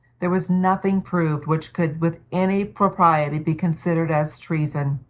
there was nothing proved which could with any propriety be considered as treason.